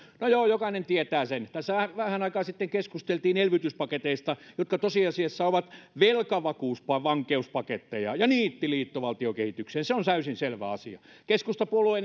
no joo jokainen tietää sen tässä vähän aikaa sitten keskusteltiin elvytyspaketeista jotka tosiasiassa ovat velkavankeuspaketteja ja niitti liittovaltiokehitykseen se on täysin selvä asia keskustapuolueen